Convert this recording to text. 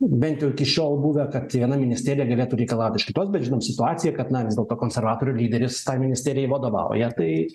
bent jau iki šiol buvę kad viena ministerija galėtų reikalauti iš kitos bet žinant situaciją kad na vis dėlto konservatorių lyderis tai ministerijai vadovauja tai